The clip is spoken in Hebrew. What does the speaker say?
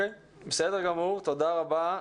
בסדר גמור, תודה רבה.